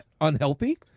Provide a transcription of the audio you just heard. unhealthy